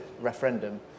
referendum